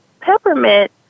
peppermint